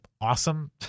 awesome